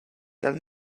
tell